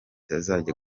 izajya